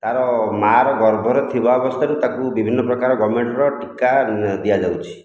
ତା'ର ମା'ର ଗର୍ଭରେ ଥିବା ଅବସ୍ଥାରୁ ତାକୁ ବିଭିନ୍ନ ପ୍ରକାର ଗଭର୍ନମେଣ୍ଟର ଟୀକା ଦିଆଯାଉଛି